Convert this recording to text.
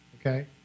Okay